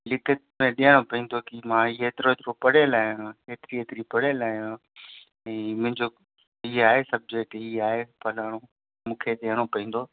लिखित में ॾियणो पवंदो की मां ही हेतिरो हेतिरो पढ़ियल आहियां हेतिरी हेतिरी पढ़ियल आहियां ऐं मुंहिंजो ही आहे सबजेक्ट ही आहे फ़लाणो मूंखे ॾियणो पवंदो